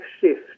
shift